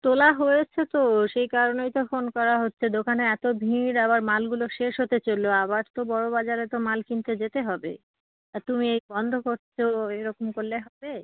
তোলা হয়েছে তো সেই কারণেই তো ফোন করা হচ্ছে দোকানে এত ভীড় আবার মালগুলো শেষ হতে চললো আবার তো বড়োবাজারে তো মাল কিনতে যেতে হবে আর তুমি এই বন্ধ করছো এইরকম করলে হবে